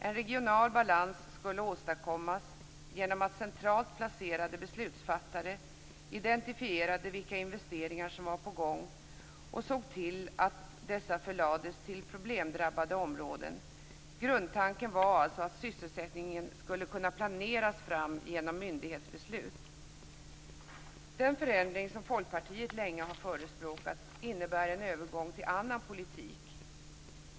En regional balans skulle åstadkommas genom att centralt placerade beslutsfattare identifierade vilka investeringar som var på gång och såg till att dessa förlades till problemdrabbade områden. Grundtanken var alltså att sysselsättningen skulle kunna planeras fram genom myndighetsbeslut. Den förändring som Folkpartiet länge har förespråkat innebär en övergång till en annan politik.